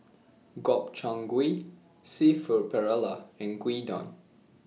Gobchang Gui Seafood Paella and Gyudon